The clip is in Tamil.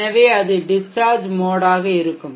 எனவே அது டிஷ்சார்ஜ் மோட் ஆக இருக்கும்